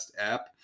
app